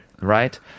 Right